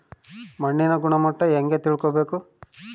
ಮಣ್ಣಿನ ಗುಣಮಟ್ಟ ಹೆಂಗೆ ತಿಳ್ಕೊಬೇಕು?